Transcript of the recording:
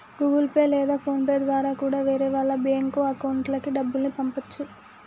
Google pay లేదా phone pay ద్వారా కూడా వేరే వాళ్ళ బ్యేంకు అకౌంట్లకి డబ్బుల్ని పంపచ్చు